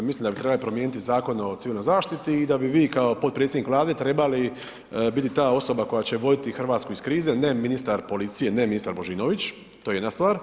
Mislim da bi trebali promijeniti Zakon o civilnoj zaštiti i da bi vi kao potpredsjednik Vlade trebali biti ta osoba koja će voditi RH iz krize, ne ministar policije, ne ministar Božinović, to je jedna stvar.